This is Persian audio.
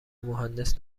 مهندس